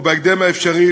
ובהקדם האפשרי,